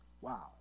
Wow